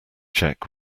check